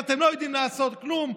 ואתם לא יודעים לעשות כלום,